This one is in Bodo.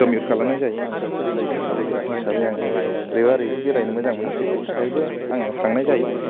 कमिउट खालामनाय जायो आं सासे साइकेल सालायग्रा हिसाबै आङो ओरैबा ओरैबो बेरायनो मोजां मोनो बेफोरनि थाखायबो आङो थांनाय जायो